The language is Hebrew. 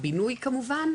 הבינוי כמובן,